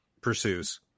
pursues